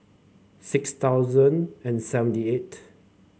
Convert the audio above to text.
six thousand and seventy eight